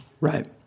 right